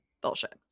bullshit